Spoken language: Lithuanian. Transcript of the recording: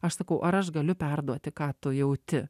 aš sakau ar aš galiu perduoti ką tu jauti